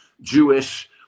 Jewish